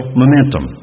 momentum